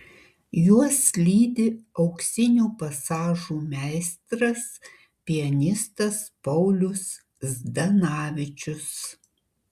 juos lydi auksinių pasažų meistras pianistas paulius zdanavičius